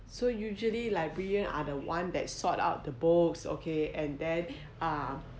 so usually librarian are the one that sort out the books okay and then um